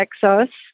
Texas